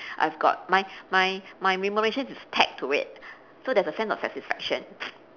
I've got my my my remuneration is tagged to it so there's a sense of satisfaction